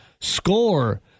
score